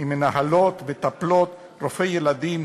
ממנהלות, מטפלות, רופאי ילדים,